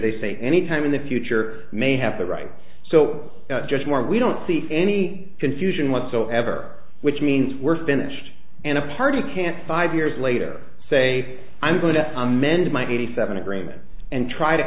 they say any time in the future may have the right so just more we don't see any confusion whatsoever which means we're finished and party can't five years later say i'm going to amend my eighty seven agreement and try to